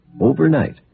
Overnight